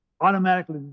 automatically